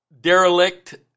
derelict